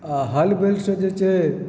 आ हल बैलसँ जे छै